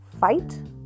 fight